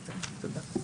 תודה.